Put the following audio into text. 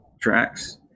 tracks